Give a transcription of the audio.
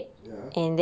ya